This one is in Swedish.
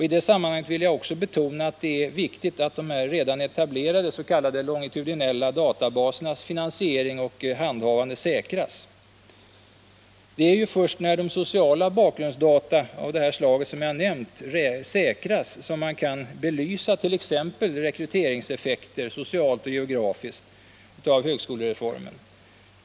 I det sammanhanget vill jag också betona att det är viktigt att redan etablerade s.k. longitudinella databasers finansiering och handhavande säkras. Det är ju först när man har säkrat sociala bakgrundsdata av det slag jag nämnde förut som man kan belysa t.ex. rekryteringseffekter, socialt och geografiskt, av högskolereformen.